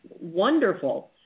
wonderful